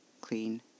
clean